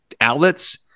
outlets